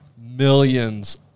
millions